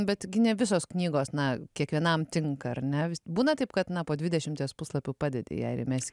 bet gi ne visos knygos na kiekvienam tinka ar ne būna taip kad na po dvidešimties puslapių padedi ją ir imies